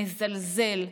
מזלזל.